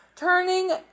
Turning